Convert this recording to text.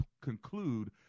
conclude